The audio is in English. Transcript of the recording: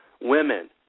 women